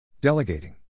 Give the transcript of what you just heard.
Delegating